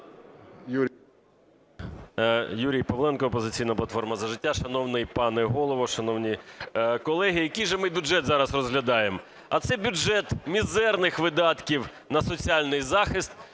Юрій Павленко, "Опозиційна платформа - За життя". Шановний пане Голово, шановні колеги! Який же ми бюджет зараз розглядаємо? А це бюджет мізерних видатків на соціальний захист,